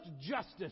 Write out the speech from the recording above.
justice